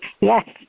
Yes